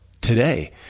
today